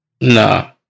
nah